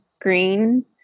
green